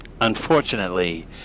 unfortunately